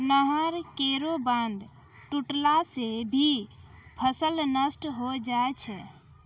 नहर केरो बांध टुटला सें भी फसल नष्ट होय जाय छै